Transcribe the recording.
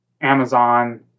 Amazon